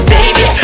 Baby